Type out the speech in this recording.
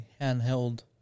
handheld